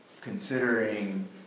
considering